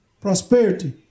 Prosperity